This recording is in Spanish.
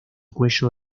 cuello